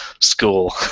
school